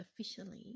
officially